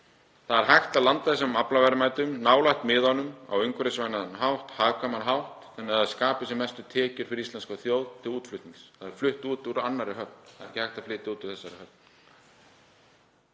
Þar er hægt að landa þessum aflaverðmætum nálægt miðunum á umhverfisvænan hátt, á hagkvæman hátt þannig að það skapi sem mestar tekjur fyrir íslenska þjóð til útflutnings. Þetta er síðan flutt út úr annarri höfn, það er ekki hægt að flytja það út úr þessari höfn.